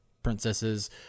princesses